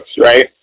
right